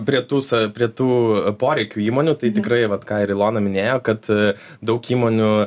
prie tų sa prie tų poreikių įmonių tai tikrai vat ką ir ilona minėjo kad daug įmonių